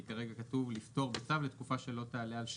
כי כרגע כתוב: לפטור אותם לתקופה שלא תעלה על שנה.